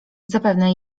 zapewne